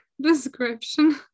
description